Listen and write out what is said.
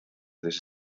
tres